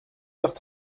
heures